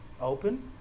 open